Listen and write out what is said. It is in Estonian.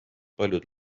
paljud